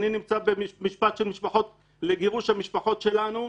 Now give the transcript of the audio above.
אני נמצא במשפט לגירוש המשפחות של הרוצחים שלנו,